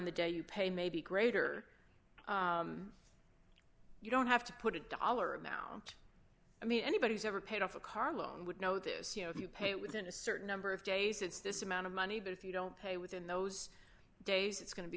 the day you pay may be greater you don't have to put a dollar amount i mean anybody's ever paid off a car loan would notice you know if you pay it within a certain number of days it's this amount of money but if you don't pay within those days it's going to be